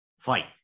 Fight